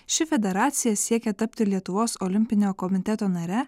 ši federacija siekia tapti lietuvos olimpinio komiteto nare